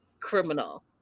criminal